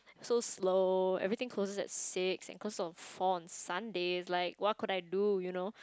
so slow everything closes at six and closes on four on Sundays like what could I do you know